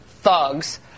thugs